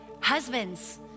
husbands